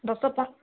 ଦଶ ପନ୍ଦ